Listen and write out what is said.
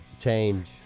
change